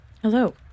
Hello